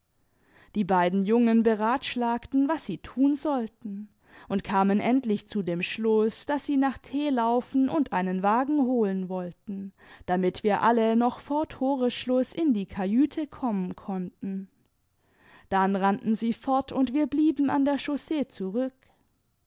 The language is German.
die beiden jimgen beratschlagten was sie tun sollten und kamen endlich zu dem schluß daß sie nach t laufen und einen wagen holen wollten damit wir alle noch vor toresschluß in die kajüte kommen konnten dann rannten sie fort und wir blieben an der chaussee zurück